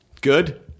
Good